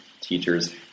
teachers